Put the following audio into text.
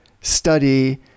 study